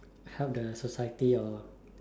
help the society or